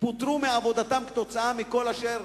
פוטרו מעבודתם כתוצאה מכל אשר